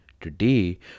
Today